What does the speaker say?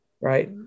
right